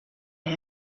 and